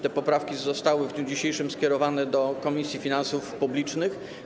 Te poprawki zostały w dniu dzisiejszym skierowane do Komisji Finansów Publicznych.